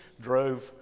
drove